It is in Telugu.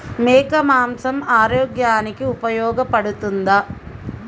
మేక మాంసం ఆరోగ్యానికి ఉపయోగపడుతుందా?